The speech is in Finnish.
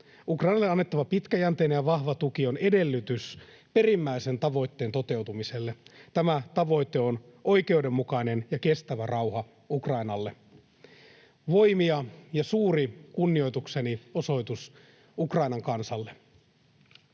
Ukrainalle annettava pitkäjänteinen ja vahva tuki on edellytys perimmäisen tavoitteen toteutumiselle. Tämä tavoite on oikeudenmukainen ja kestävä rauha Ukrainalle. Voimia ja suuri kunnioitukseni osoitus Ukrainan kansalle.